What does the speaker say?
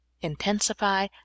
intensify